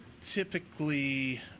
typically